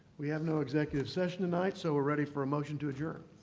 we have no executive session tonight, so we're ready for a motion to adjourn.